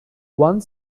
one